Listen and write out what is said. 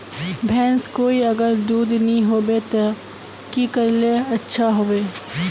भैंस कोई अगर दूध नि होबे तो की करले ले अच्छा होवे?